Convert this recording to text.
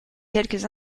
quelques